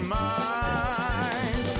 mind